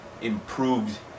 improved